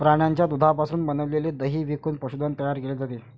प्राण्यांच्या दुधापासून बनविलेले दही विकून पशुधन तयार केले जाते